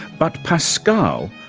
but pascal,